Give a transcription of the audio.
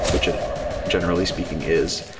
which ah generally speaking is.